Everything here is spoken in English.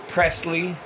Presley